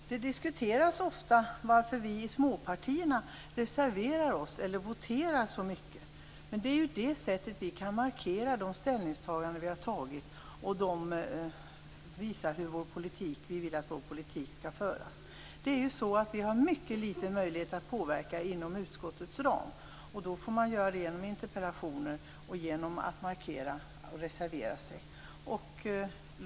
Fru talman! Det diskuteras ofta varför vi i småpartierna reserverar oss eller voterar så mycket. Det är på det sättet som vi kan markera de ställningstaganden som vi gjort och visa hur vi vill att vår politik skall föras. Vi har en mycket liten möjlighet att påverka inom utskottens ram. Då får man göra det genom interpellationer och genom att reservera sig.